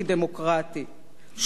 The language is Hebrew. שהוא נתון לאי-שוויון,